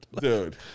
dude